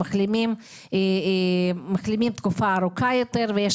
שמחלימים במשך תקופה ארוכה יותר ויש